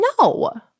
no